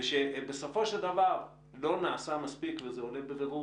ושבסופו של דבר לא נעשה מספיק וזה עולה בבירור